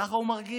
ככה הוא מרגיש.